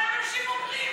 אבל הם אנשים בוגרים.